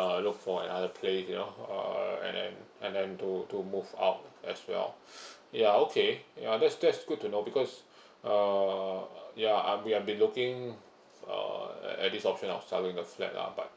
uh look for another place you know uh and then and then to to move out as well ya okay ya that's that's good to know because uh ya uh I'm I'm been looking uh at at this option of selling the flat lah but